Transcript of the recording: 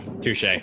touche